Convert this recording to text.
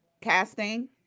casting